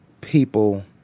people